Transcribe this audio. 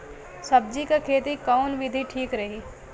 सब्जी क खेती कऊन विधि ठीक रही?